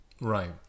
Right